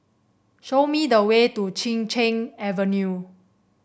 show me the way to Chin Cheng Avenue